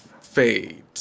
fade